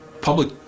public